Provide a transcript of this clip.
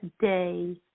day